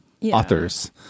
authors